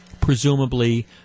presumably